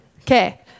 Okay